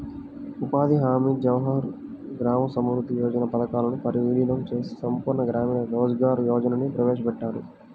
ఉపాధి హామీ, జవహర్ గ్రామ సమృద్ధి యోజన పథకాలను వీలీనం చేసి సంపూర్ణ గ్రామీణ రోజ్గార్ యోజనని ప్రవేశపెట్టారు